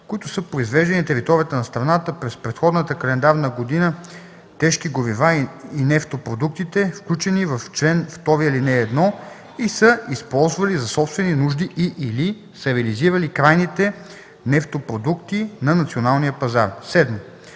които са произвеждали на територията на страната през предходната календарна година тежки горива и нефтопродуктите, включени в чл. 2, ал. 1, и са използвали за собствени нужди и/или са реализирали крайните нефтопродукти на националния пазар.